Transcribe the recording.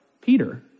Peter